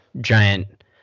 Giant